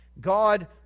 God